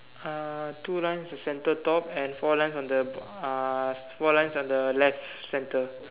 uh two lines the center top and four lines on the uh four lines on the left center